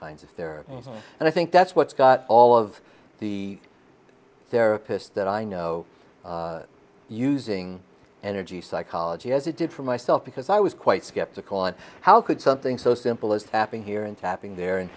kinds of therapy and i think that's what's got all of the therapists that i know using energy psychology as it did for myself because i was quite skeptical on how could something so simple as tapping here and tapping there and